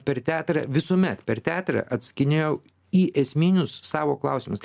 per teatrą visuomet per teatrą atsakinėjau į esminius savo klausimus